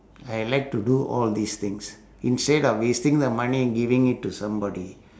I like to do all these things instead of wasting the money and giving it to somebody